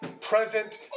present